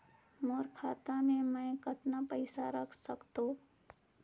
मोर खाता मे मै कतना पइसा रख सख्तो?